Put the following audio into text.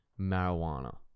marijuana